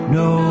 no